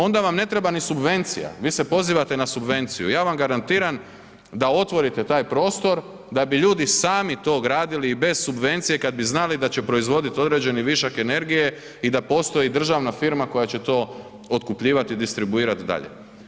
Onda vam ne treba ni subvencija, vi se pozivate na subvenciju, ja vam garantiram da otvorite taj prostor da bi ljudi sami to gradili i bez subvencije kad bi znali da će proizvodit određeni višak energije i da postoji državna firma koja će to otkupljivat i distribuirat dalje.